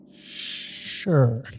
Sure